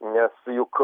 nes juk